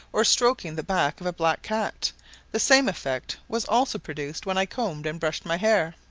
or stroking the back of a black cat the same effect was also produced when i combed and brushed my hair.